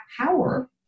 power